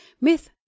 Myth